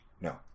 No